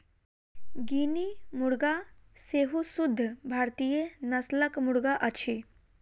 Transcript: guinea मुर्गा सेहो शुद्ध भारतीय नस्लक मुर्गा अछि